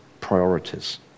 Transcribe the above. priorities